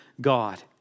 God